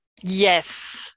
yes